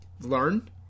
learn